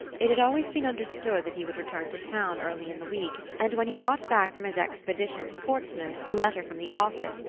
it had always been understood that he would return to town early in the week, and when he got back from his expedition to portsmouth a letter from the office,